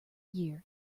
year